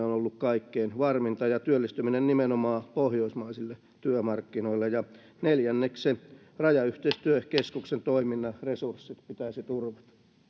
on on ollut kaikkein varminta ja työllistyminen nimenomaan pohjoismaisille työmarkkinoille ja neljänneksi rajayhteistyökeskuksen toiminnan resurssit pitäisi turvata